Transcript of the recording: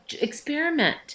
experiment